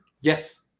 yes